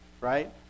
right